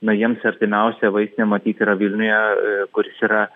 na jiems artimiausia vaistinė matyt yra vilniuje kuris yra